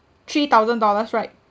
three thousand dollars right